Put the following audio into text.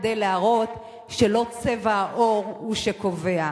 כדי להראות שלא צבע העור הוא שקובע,